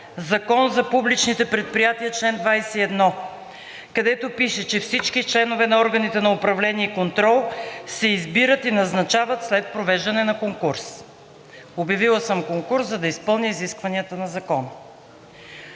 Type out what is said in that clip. Закона за публичните предприятия – чл. 21, където пише: „Всички членове на органите на управление и контрол се избират и назначават след провеждане на конкурс.“ Обявила съм конкурс, за да изпълня изискванията на Закона.